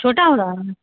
چھوٹا ہورہا ہے